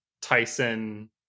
Tyson